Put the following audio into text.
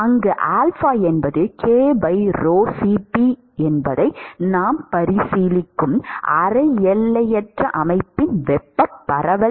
அங்கு நாம் பரிசீலிக்கும் அரை எல்லையற்ற அமைப்பின் வெப்பப் பரவல்